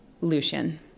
Lucian